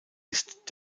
ist